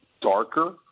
darker